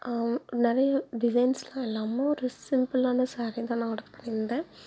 நிறைய டிசைன்ஸெலாம் இல்லாமல் ஒரு சிம்பிளான சேரி தான் நான் ஆர்டர் பண்ணிருந்தேன்